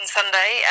Sunday